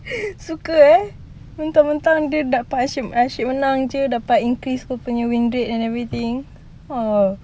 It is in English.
suka eh mentang-mentang dia dapat asyik asyik menang jer dapat increase kau punya wing rate and everything err